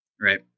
Right